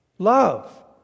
Love